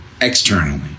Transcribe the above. externally